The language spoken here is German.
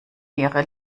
ihre